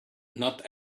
not